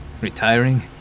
Retiring